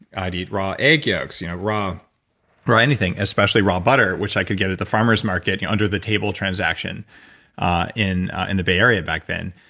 i'd eat raw egg yolks. you know raw raw anything, especially raw butter which i could get at the farmer's market under the table transaction ah in and the bay area back then.